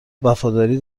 وفاداری